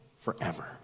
forever